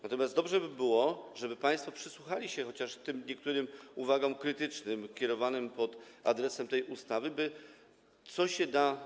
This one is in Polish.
Natomiast dobrze by było, żeby państwo przysłuchali się chociaż niektórym uwagom krytycznym kierowanym pod adresem tej ustawy, by naprawić, co się da.